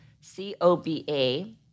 C-O-B-A